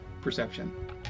perception